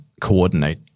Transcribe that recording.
coordinate